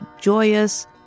joyous